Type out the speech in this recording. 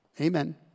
Amen